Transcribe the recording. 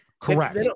Correct